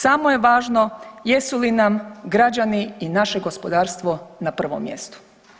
Samo je važno jesu li nam građani i naše gospodarstvo na prvom mjestu.